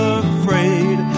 afraid